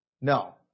No